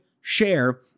share